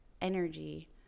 energy